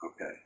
Okay